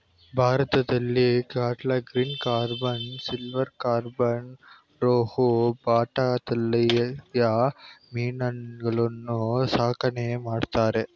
ಭಾರತದಲ್ಲಿ catla, green carp, silver carp, rohu, bata ತಳಿಯ ಮೀನುಗಳನ್ನು ಸಾಕಣೆ ಮಾಡ್ತರೆ